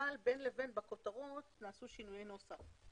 אבל בין לבין בכותרת, נעשו שינויי נוסח.